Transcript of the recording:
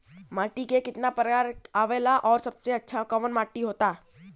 माटी के कितना प्रकार आवेला और सबसे अच्छा कवन माटी होता?